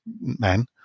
man